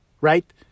Right